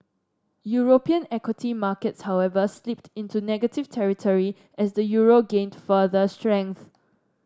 European equity markets however slipped into negative territory as the euro gained further strength